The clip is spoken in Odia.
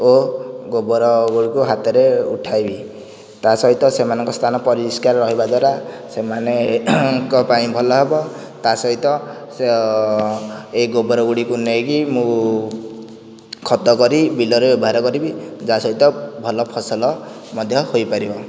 ଓ ଗୋବର ଗୁଡ଼ିକୁ ହାତରେ ଉଠାଇବି ତା ସହିତ ସେମାନଙ୍କ ସ୍ଥାନ ପରିଷ୍କାର ରହିବା ଦ୍ୱାରା ସେମାନଙ୍କ ପାଇଁ ଭଲ ହେବ ତା ସହିତ ଏହି ଗୋବର ଗୁଡ଼ିକୁ ନେଇକି ମୁଁ ଖତ କରି ବିଲରେ ବ୍ୟବହାର କରିବି ଯାହା ସହିତ ଭଲ ଫସଲ ମଧ୍ୟ ହୋଇପାରିବ